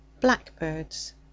blackbirds